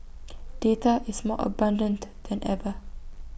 data is more abundant than ever